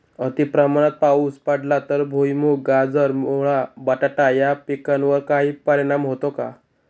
अतिप्रमाणात पाऊस पडला तर भुईमूग, गाजर, मुळा, बटाटा या पिकांवर काही परिणाम होतो का?